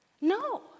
No